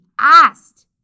asked